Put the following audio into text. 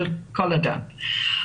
של כל אדם.